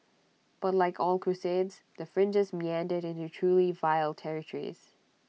but like all crusades the fringes meandered into truly vile territories